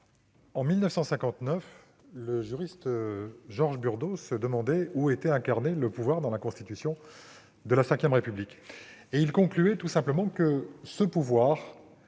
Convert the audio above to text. en 1959, le juriste Georges Burdeau se demandait où était incarné le pouvoir dans la Constitution de la V République. Il concluait tout simplement que ce pouvoir,